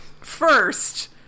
First